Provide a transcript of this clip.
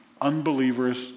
unbelievers